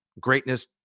greatness